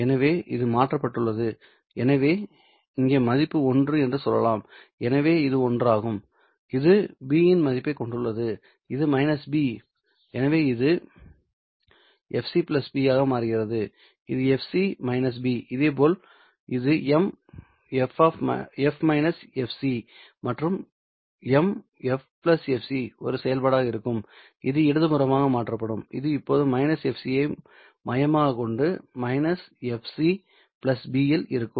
எனவே அது மாற்றப்பட்டுள்ளது எனவே இங்கே மதிப்பு ஒன்று என்று சொல்லலாம் எனவே இது ஒன்றாகும் இது b இன் மதிப்பைக் கொண்டுள்ளது இது b எனவே இது fc b ஆக மாறுகிறது இது fc b இதேபோல் இது M மற்றும் M f fc ஒரு செயல்பாடாக இருக்கும் இது இடதுபுறமாக மாற்றப்படும் இது இப்போது fc ஐ மையமாகக் கொண்டு fc b இல் இருக்கும்